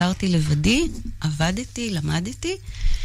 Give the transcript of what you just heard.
חזרתי לבדי, עבדתי, למדתי.